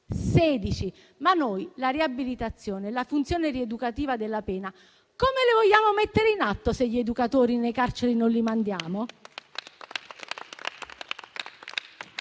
ma noi la riabilitazione e la funzione rieducativa della pena come le vogliamo mettere in atto, se gli educatori nelle carceri non li mandiamo?